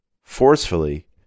forcefully